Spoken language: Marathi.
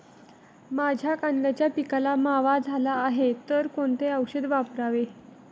माझ्या कांद्याच्या पिकाला मावा झाला आहे तर कोणते औषध वापरावे?